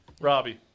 Robbie